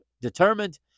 determined